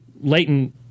Leighton